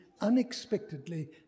unexpectedly